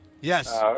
Yes